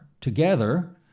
together